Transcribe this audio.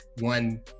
one